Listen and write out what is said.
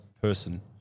person